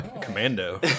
commando